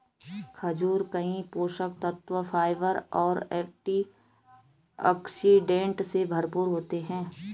खजूर कई पोषक तत्वों, फाइबर और एंटीऑक्सीडेंट से भरपूर होते हैं